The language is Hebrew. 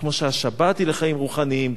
כמו שהשבת היא לחיים רוחניים,